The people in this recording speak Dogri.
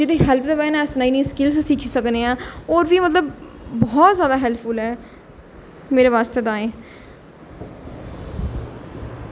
जेह्दी हैल्प दी बजह कन्नै अस नई नई स्किल सिक्खी सकने आं होर बी मतलब बहुत ज्यादा हैल्पफुल ऐ मेरे बास्तै ताएं